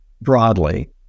broadly